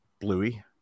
Bluey